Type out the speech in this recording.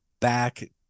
back